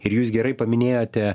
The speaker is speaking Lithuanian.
ir jūs gerai paminėjote